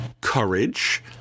courage